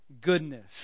goodness